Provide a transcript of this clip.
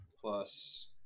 plus